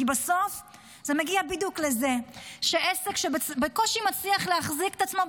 כי בסוף זה מגיע בדיוק לזה שעסק שבקושי מצליח להחזיק את עצמו,